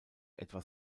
etwa